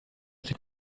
sieht